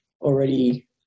already